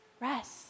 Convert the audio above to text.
Rest